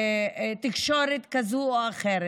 תקשורת כזאת או אחרת?